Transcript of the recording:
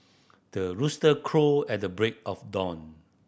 the rooster crow at the break of dawn